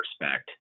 respect